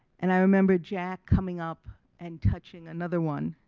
and i remember jack coming up and touching another one.